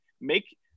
Make